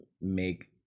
make